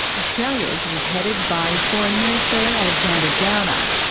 australia's was headed by foreign minister alexander downer.